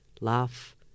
laugh